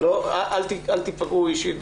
אל תיפגעו אישית,